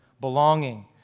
Belonging